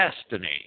destiny